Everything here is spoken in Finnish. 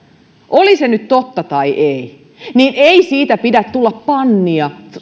oli se nyt totta tai ei niin ei siitä pidä tulla bannia